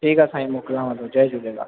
ठीकु आहे साईं मोकिलियांव थो जय झूलेलाल